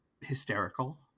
hysterical